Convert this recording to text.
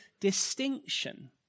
distinction